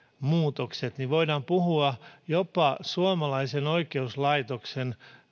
muutokset voidaan puhua jopa suomalaisen oikeuslaitoksen